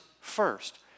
first